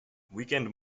weekend